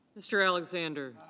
mr. alexander.